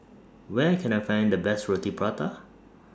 Where Can I Find The Best Roti Prata